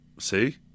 See